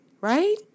right